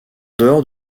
dehors